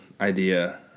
idea